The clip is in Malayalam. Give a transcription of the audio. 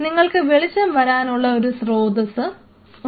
നിങ്ങൾക്ക് വെളിച്ചം വരാനുള്ള ഒരു സ്രോതസ്സ് ഉണ്ട്